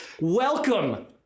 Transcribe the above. Welcome